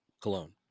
Cologne